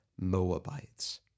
Moabites